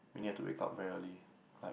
meaning I have to wake up very early like